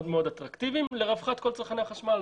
אטרקטיביים מאוד לרווחת כל צרכני החשמל.